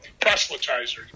proselytizer